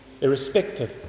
irrespective